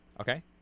Okay